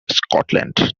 scotland